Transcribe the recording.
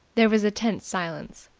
there was a tense silence.